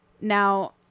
Now